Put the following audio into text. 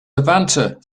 levanter